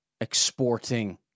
exporting